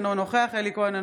אינו נוכח אלי כהן,